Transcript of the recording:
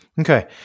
Okay